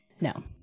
No